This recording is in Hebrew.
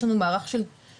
יש לנו מערך של פעילויות,